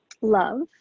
love